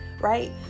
right